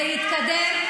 זה יתקדם.